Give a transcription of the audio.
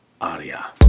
Aria